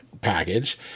package